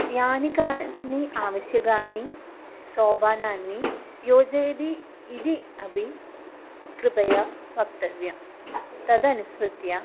यानि कानि आवश्यकानि सोपानानि योजयति इति अपि कृपया वक्तव्यम् तदनुसृत्य